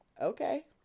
Okay